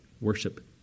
worship